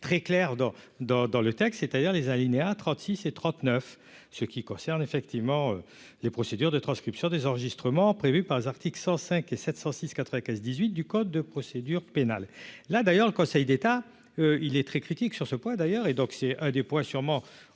dans dans dans le texte, c'est-à-dire les alinéas 36 et 39 ce qui concerne effectivement les procédures de transcriptions des enregistrements prévue par l'article 105 et 706 95 18 du code de procédure pénale là d'ailleurs, le Conseil d'État, il est très critique sur ce point, d'ailleurs, et donc c'est un des points sûrement